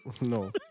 No